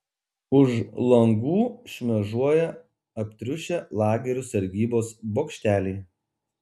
už langų šmėžuoja aptriušę lagerių sargybos bokšteliai